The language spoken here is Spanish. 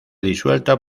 disuelta